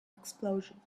explosion